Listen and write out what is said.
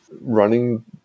running